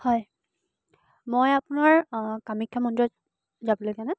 হয় মই আপোনাৰ কামাখ্যা মন্দিৰত যাবলৈ কাৰণে